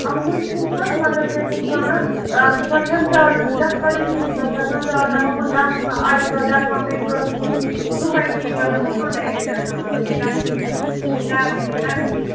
اَہن حظ چھُس حظ مگر کیٛاہ چھِ اَتھ وَنان سۄ چھَنہٕ زیادٕ گژھان کِہیٖنۍ سۄ چھےٚ آسان زیادٕ دَپان بہٕ گژھنہٕ اَکہِ دۄہ گژھان بیٚیہِ کہِ دۄہ نہٕ کِہیٖنۍ دۄہَے یی وَنان بَہانَے یٲتۍ آسان وَنان بہٕ گژھٕ نہٕ بہٕ کَرٕ نہٕ تَمی